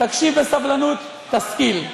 תקשיב בסבלנות, תשכיל.